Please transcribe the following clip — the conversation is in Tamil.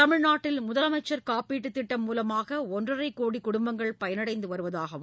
தமிழ்நாட்டில் முதலமைச்சர் காப்பீட்டுத் திட்டம் மூலமாக ஒன்றரை கோடி குடும்பங்கள் பயனடைந்து வருவதாகவும்